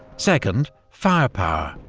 second, firepower.